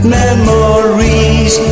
memories